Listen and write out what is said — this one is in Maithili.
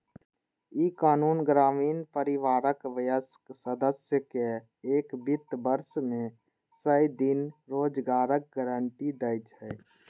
ई कानून ग्रामीण परिवारक वयस्क सदस्य कें एक वित्त वर्ष मे सय दिन रोजगारक गारंटी दै छै